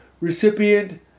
recipient